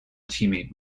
teammate